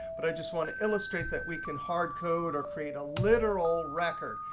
but i just want to illustrate that we can hard code or create a literal record.